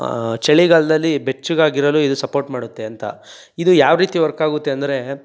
ಚಳಿಗಾಲದಲ್ಲಿ ಬೆಚ್ಚಗಾಗಿ ಇರಲು ಇದು ಸಪೋರ್ಟ್ ಮಾಡುತ್ತೆ ಅಂತ ಇದು ಯಾವ ರೀತಿ ವರ್ಕಾಗುತ್ತೆ ಅಂದರೆ